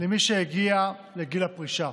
למי שהגיע לגיל פרישה).